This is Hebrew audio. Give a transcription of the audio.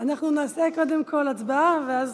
אנחנו נעשה קודם כול הצבעה ואז,